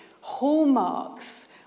hallmarks